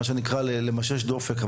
מה שנקרא ״למשש דופק״,